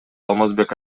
алмазбек